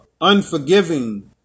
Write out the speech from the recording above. unforgiving